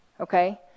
Okay